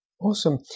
Awesome